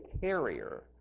carrier